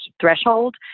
threshold